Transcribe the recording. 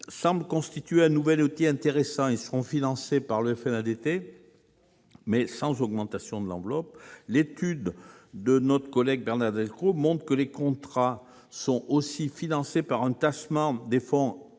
semblent constituer un nouvel outil intéressant. Ils seront financés par le FNADT, mais sans augmentation de l'enveloppe. Là est le problème ! L'étude réalisée par notre collègue Bernard Delcros montre que les contrats sont aussi financés par un tassement des fonds